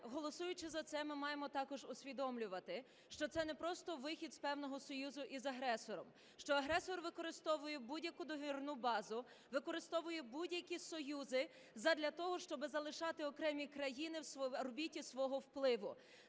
голосуючи за це, ми маємо також усвідомлювати, що це не просто вихід із певного союзу з агресором, що агресор використовує будь-яку договірну базу, використовує будь-які союзи задля того, щоби залишати окремі країни в орбіті свого впливу